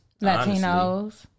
Latinos